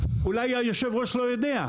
אולי היושב-ראש לא יודע,